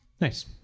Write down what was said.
Nice